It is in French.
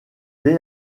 dès